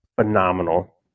phenomenal